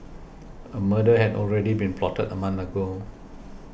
a murder had already been plotted a month ago